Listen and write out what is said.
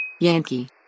Yankee